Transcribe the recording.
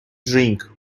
drink